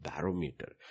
barometer